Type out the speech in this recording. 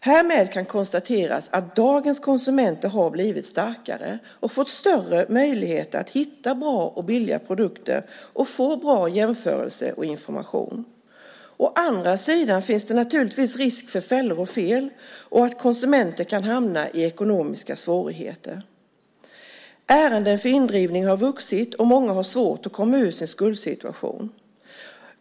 Härmed kan konstateras att dagens konsumenter har blivit starkare och fått större möjligheter att hitta bra och billiga produkter och få bra jämförelser och information. Å andra sidan finns det risk för fällor och fel och att konsumenter kan hamna i ekonomiska svårigheter. Ärenden för indrivning har vuxit, och många har svårt att komma ur sin skuldsituation.